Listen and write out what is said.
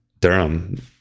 Durham